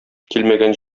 килмәгән